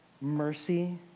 mercy